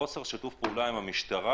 מחוסר שיתוף פעולה עם המשטרה,